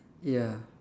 ya